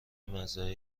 مزرعه